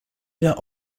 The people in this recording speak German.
der